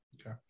Okay